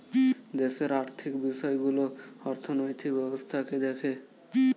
দেশের আর্থিক বিষয়গুলো অর্থনৈতিক ব্যবস্থাকে দেখে